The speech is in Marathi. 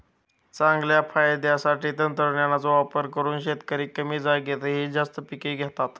चांगल्या फायद्यासाठी तंत्रज्ञानाचा वापर करून शेतकरी कमी जागेतही जास्त पिके घेतात